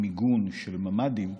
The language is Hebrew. מיגון של ממ"דים,